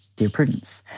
dear prudence,